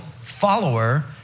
follower